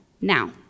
now